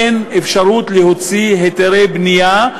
אין אפשרות להוציא היתרי בנייה.